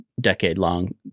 decade-long